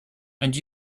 and